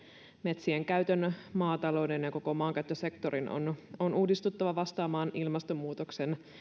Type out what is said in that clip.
metsien käytön maatalouden ja koko maankäyttösektorin on on uudistuttava vastaamaan ilmastonmuutoksen